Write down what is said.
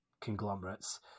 conglomerates